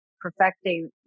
perfecting